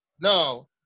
No